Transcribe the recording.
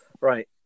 Right